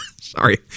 Sorry